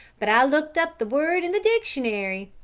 but i looked up the word in the dictionary.